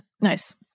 Nice